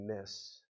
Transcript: miss